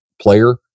player